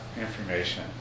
information